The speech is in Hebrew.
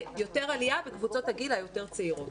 ויותר עלייה בקבוצות הגיל היותר-צעירות.